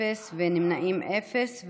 אפס ונמנעים אפס,